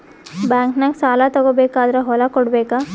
ಬ್ಯಾಂಕ್ನಾಗ ಸಾಲ ತಗೋ ಬೇಕಾದ್ರ್ ಹೊಲ ಕೊಡಬೇಕಾ?